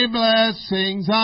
blessings